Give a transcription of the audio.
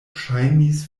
ŝajnis